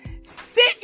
Sit